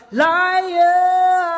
liar